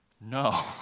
No